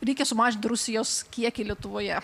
reikia sumažinti rusijos kiekį lietuvoje